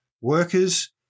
workers